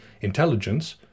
intelligence